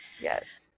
Yes